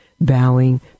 bowing